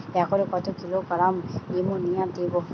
একরে কত kilogram ammonia দেবো?